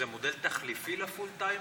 זה מודל תחליפי לפול-טיימר,